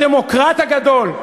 הדמוקרט הגדול.